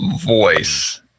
voice